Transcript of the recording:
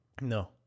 No